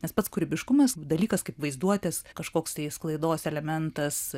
nes pats kūrybiškumas dalykas kaip vaizduotės kažkoks tai sklaidos elementas